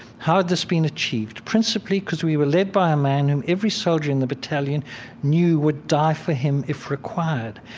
how had this been achieved? principally, because we were led by a man, who, every soldier in the battalion knew would die for him if required.